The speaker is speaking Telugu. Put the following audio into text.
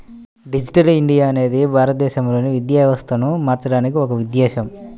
డిజిటల్ ఇండియా అనేది భారతదేశంలోని విద్యా వ్యవస్థను మార్చడానికి ఒక ఉద్ధేశం